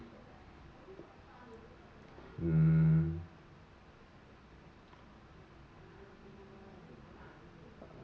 mm